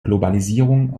globalisierung